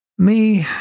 me,